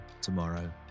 tomorrow